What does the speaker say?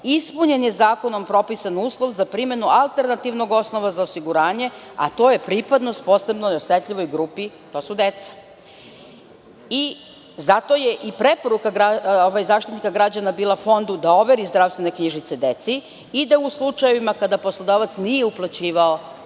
Ispunjen je zakonom propisan uslov za primenu alternativnog osnova za osiguranje, a to je pripadnost posebno osetljivoj grupi, a to su deca. Zato je i preporuka Zaštitnika građana bila Fondu da overu zdravstvene knjižice deci i u slučajevima kada poslodavac nije uplaćivao